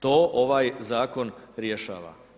To ovaj Zakon rješava.